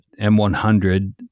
M100